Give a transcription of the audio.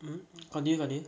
um continue continue